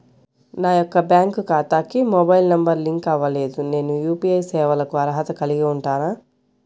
నా యొక్క బ్యాంక్ ఖాతాకి మొబైల్ నంబర్ లింక్ అవ్వలేదు నేను యూ.పీ.ఐ సేవలకు అర్హత కలిగి ఉంటానా?